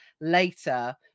later